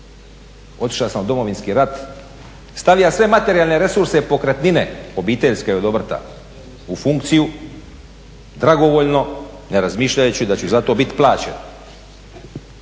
Otišao sam u Domovinski rat, stavio sve materijalne resurse, pokretnine obiteljske od obrta u funkciju, dragovoljno, ne razmišljajući da ću za to biti plaćen.